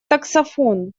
таксофон